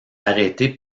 arrêtée